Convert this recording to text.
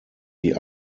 die